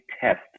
test